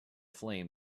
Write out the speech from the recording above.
flame